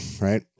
right